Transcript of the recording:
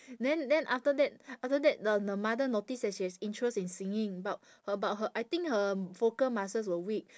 then then after that after that the the mother notice that she has interest in singing but her but her I think her vocal muscles were weak